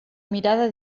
mirada